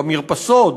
במרפסות,